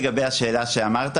לשאלתך,